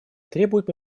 требует